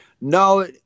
no